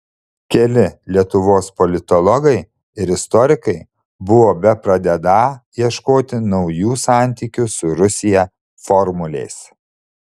keli lietuvos politologai ir istorikai buvo bepradedą ieškoti naujų santykių su rusija formulės